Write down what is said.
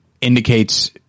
indicates